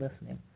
listening